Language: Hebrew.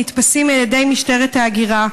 נתפסים על ידי משטרת ההגירה,